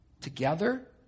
together